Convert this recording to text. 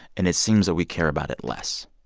and it seems that we care about it less.